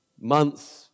months